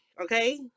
Okay